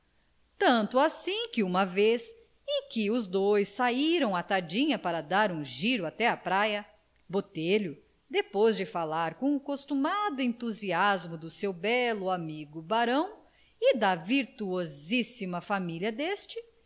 tanto assim que uma vez em que os dois saíram à tardinha para dar um giro até à praia botelho depois de falar com o costumado entusiasmo do seu belo amigo barão e da virtuosíssima família deste